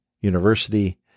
university